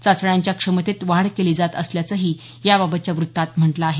चाचण्याच्या क्षमतेत वाढ केली जात असल्याचंही याबाबतच्या वृत्तात म्हटलं आहे